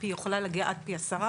היא יכולה להגיע עד פי עשרה,